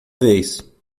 vez